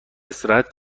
استراحت